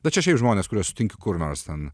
na čia šiaip žmonės kuriuos sutinki kur nors ten